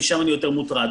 משם אני יותר מוטרד.